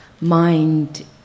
mind